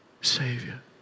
savior